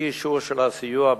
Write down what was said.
אי-אישור של הסיוע,